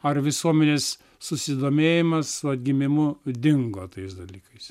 ar visuomenės susidomėjimas atgimimu dingo tais dalykais